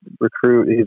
recruit